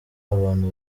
abantu